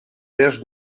dens